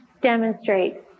demonstrate